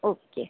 okay